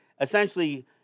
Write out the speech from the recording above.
essentially